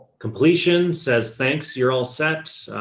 completion says, thanks. you're all set.